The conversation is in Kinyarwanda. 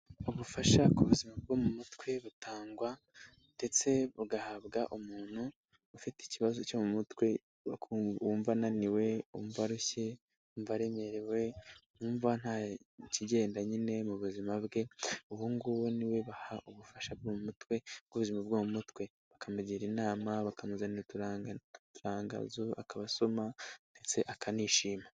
Ubufasha ku buzima bwo mu mutwe butangwa ndetse bugahabwa umuntu ufite ikibazo cyo mu mutwe, wumva ananiwe, wumva arushye, wumva aremerewe, wumva nta kigenda nyine mu buzima bwe, uwo nguwo ni we baha ubufasha bwo mu mutwe bw'ubuzima bwo mu mutwe. Bakamugira inama, bakamuzanira uturangazo akabasoma ndetse akanishima